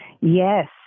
Yes